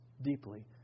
deeply